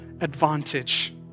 advantage